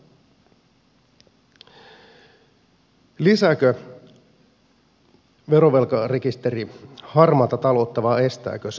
lisääkö verovelkarekisteri harmaata taloutta vai estääkö se